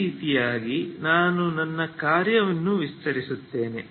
ಈ ರೀತಿಯಾಗಿ ನಾನು ನನ್ನ ಕಾರ್ಯವನ್ನು ವಿಸ್ತರಿಸುತ್ತೇನೆ